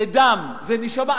זה דם, זה נשמה.